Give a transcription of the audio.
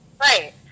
Right